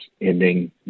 ending